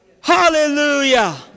Hallelujah